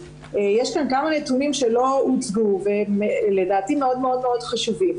יש כאן כמה נתונים שלא הוצגו ולדעתי מאוד חשובים.